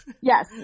Yes